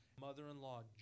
mother-in-law